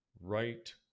Right